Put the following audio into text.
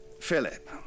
Philip